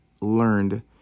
learned